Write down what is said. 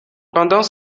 pendant